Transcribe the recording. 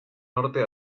norte